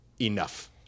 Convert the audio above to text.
enough